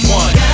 one